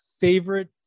Favorite